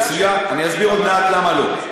אני אסביר עוד מעט למה לא.